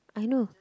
I know